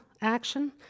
action